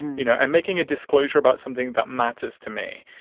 you know, i'm making a disclosure about something that matters to me.